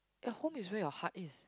your home is where your heart is